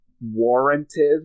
warranted